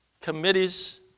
committees